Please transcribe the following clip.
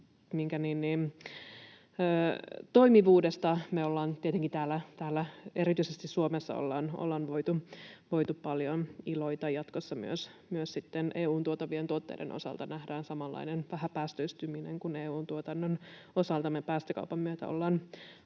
toimivuudesta me ollaan tietenkin erityisesti täällä Suomessa voitu paljon iloita. Jatkossa myös sitten EU:hun tuotavien tuotteiden osalta nähdään samanlainen vähäpäästöistyminen kuin EU:n tuotannon osalta me päästökaupan myötä ollaan